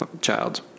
child